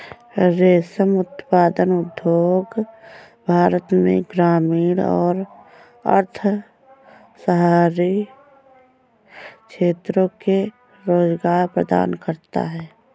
रेशम उत्पादन उद्योग भारत में ग्रामीण और अर्ध शहरी क्षेत्रों में रोजगार प्रदान करता है